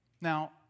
Now